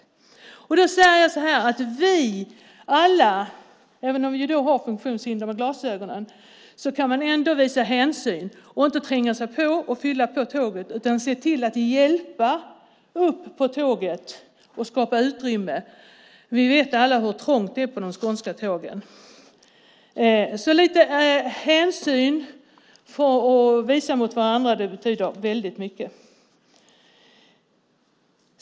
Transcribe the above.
Alla vi - även om några har funktionshinder i form av dålig syn - kan visa hänsyn och inte tränga sig in och fylla tåget, utan se till att hjälpa andra upp på tåget och skapa utrymme. Vi vet alla hur trångt det är på de skånska tågen. Att visa hänsyn mot varandra betyder väldigt mycket.